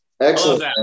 excellent